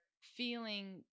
feeling